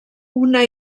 una